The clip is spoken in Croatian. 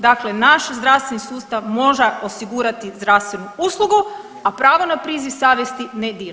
Dakle, naš zdravstveni sustav mora osigurati zdravstvenu uslugu, a pravo na priziv savjesti ne diramo.